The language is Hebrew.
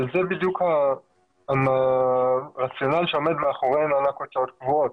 אבל זה בדיוק הרציונל שעומד מאחורי מענק הוצאות קבועות,